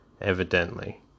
evidently